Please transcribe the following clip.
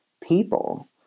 people